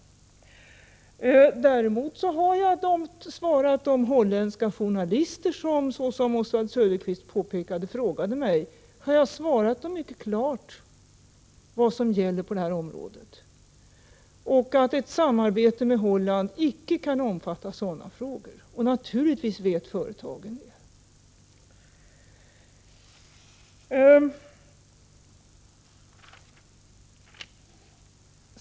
Däremot har jag svarat de holländska journalister som, såsom Oswald Söderqvist påpekade, frågade mig, mycket klart om vad som gäller på det här området. Jag sade att ett samarbete icke kan omfatta sådana frågor. Och naturligtvis vet företagen detta.